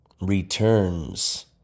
Returns